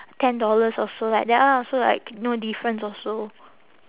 ten dollars also like that ah so like no difference also